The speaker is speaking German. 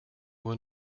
uhr